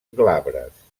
glabres